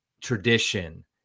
tradition